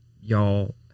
y'all